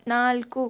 ನಾಲ್ಕು